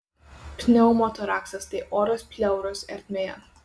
pneumotoraksas tai oras pleuros ertmėje